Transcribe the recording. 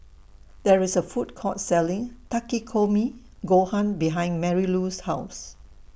There IS A Food Court Selling Takikomi Gohan behind Marylou's House